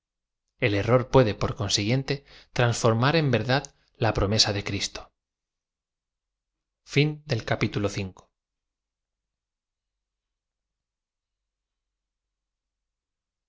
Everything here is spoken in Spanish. l erro r puede por consiguiente transform ar en verdad la promesa de cristo